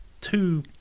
two